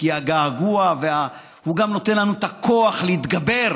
כי הגעגוע נותן לנו את הכוח להתגבר